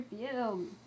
review